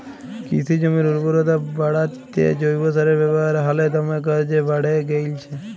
কিসি জমির উরবরতা বাঢ়াত্যে জৈব সারের ব্যাবহার হালে দমে কর্যে বাঢ়্যে গেইলছে